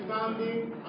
understanding